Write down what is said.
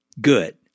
good